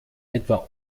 etwa